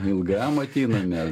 ilgam ateinam mes